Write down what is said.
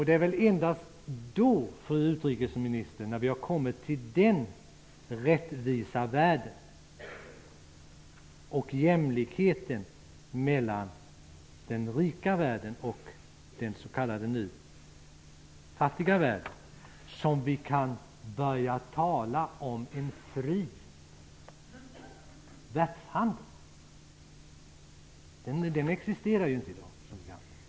Det är väl endast, fru utrikesminister, när vi har uppnått den rättvisa världen och fått jämlikhet mellan den rika världen och den s.k. fattiga världen som vi kan börja tala om en fri världshandel. Som bekant existerar den inte i dag.